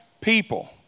people